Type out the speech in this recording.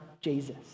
Jesus